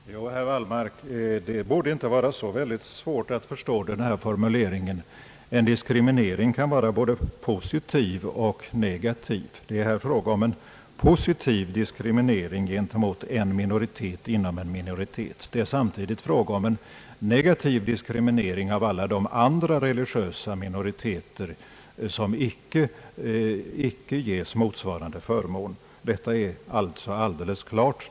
Herr talman! Jo, herr Wallmark, det borde inte vara så svårt att förstå denna formulering. En »diskriminering» kan vara både positiv och negativ. Det är här fråga om en »positiv diskriminering» gentemot en minoritet inom en minoritet. Samtidigt är det fråga om en negativ diskriminering av alla andra religiösa minoriteter, vilka icke ges motsvarande förmåner. Detta är alltså helt klart.